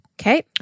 Okay